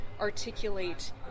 articulate